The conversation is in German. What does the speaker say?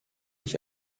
ich